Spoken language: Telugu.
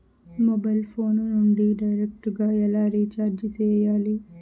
మొబైల్ ఫోను నుండి డైరెక్టు గా ఎలా రీచార్జి సేయాలి